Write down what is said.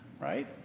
right